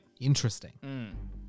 Interesting